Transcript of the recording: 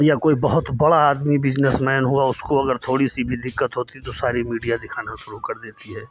या कोई बहुत बड़ा आदमी बिजनेसमैन हुआ उसको अगर थोड़ी सी भी दिक्कत हो तो सारी मीडिया दिखाना शुरू कर देती है